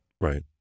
Right